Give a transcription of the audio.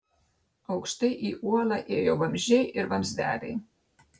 aukštai į uolą ėjo vamzdžiai ir vamzdeliai